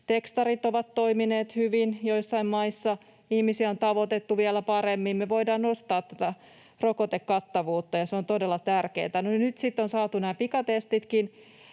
Tekstarit ovat toimineet hyvin, ja joissain maissa ihmisiä on tavoitettu vielä paremmin. Me voidaan nostaa tätä rokotekattavuutta, ja se on todella tärkeätä. Nyt sitten on saatu nämä pikatestitkin